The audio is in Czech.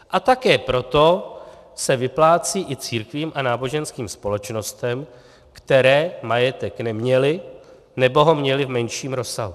A také proto se vyplácí i církvím a náboženským společnostem, které majetek neměly, nebo ho měly v menším rozsahu.